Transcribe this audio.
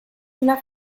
una